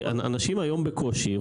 אנשים היום בקושי,